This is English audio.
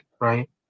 right